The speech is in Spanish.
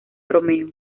romeo